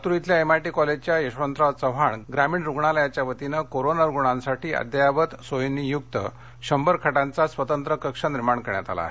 लातूर इथल्या एमआयटी कॉलेजच्या यशवंतराव चव्हाण ग्रामीण रुग्णालयाच्या वतीने कोरोना रुग्णांसाठी अद्यावत सोयींनीयुक्त शंभर बेडचा स्वतंत्र कक्ष निर्माण करण्यात आला आहे